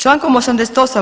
Člankom 88.